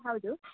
ಹೌದು